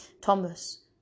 Thomas